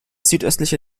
südöstliche